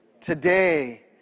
Today